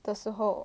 的时候